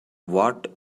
what